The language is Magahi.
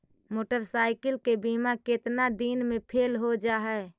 मोटरसाइकिल के बिमा केतना दिन मे फेल हो जा है?